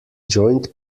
joint